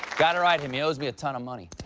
gotta write him. he owes me a ton of money.